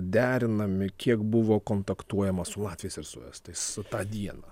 derinami kiek buvo kontaktuojama su latviais ir su estais tą dieną